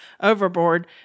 Overboard